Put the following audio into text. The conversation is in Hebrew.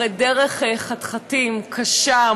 אחרי דרך חתחתים קשה,